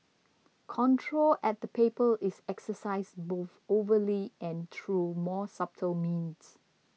control at the paper is exercised both overly and through more subtle means